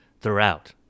throughout